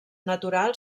natural